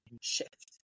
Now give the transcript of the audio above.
shift